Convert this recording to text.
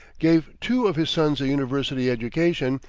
gave two of his sons a university education,